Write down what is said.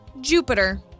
Jupiter